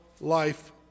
life